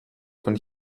von